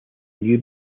new